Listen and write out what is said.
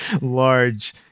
large